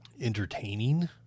entertaining